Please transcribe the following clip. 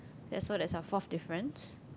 that so that's a fourth difference